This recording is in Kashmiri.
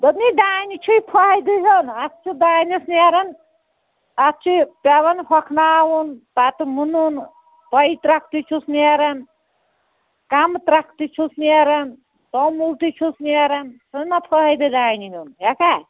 دوٚپمے دانہِ چھُے فٲیِدٕ ہیوٚن اَتھ چھُ دانس نیران اَتھ چھُ پٮ۪وان ہۄکھناوُن پَتہٕ مُنُن پۄیہِ ترٛکھ تہِ چھُس نیران کَمہٕ ترٛکھ تہِ چھُس نیران توٚمُل تہِ چھُس نیران چھُنا فٲیِدٕ دانہِ ہیوٚن ہٮ۪کھا